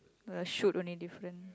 the shoot only different